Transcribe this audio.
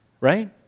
right